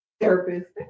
Therapist